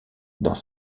dans